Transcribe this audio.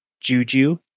juju